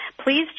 please